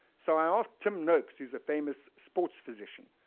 so i asked tim noakes who's a famous sports physician.